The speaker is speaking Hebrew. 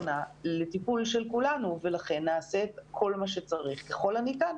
הטיפול של כולנו ולכן נעשה את כל מה שצריך ככל הניתן.